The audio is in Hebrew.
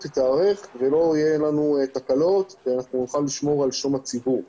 תהיה ללא תקלות ונוכל לשמור על שלום הציבור.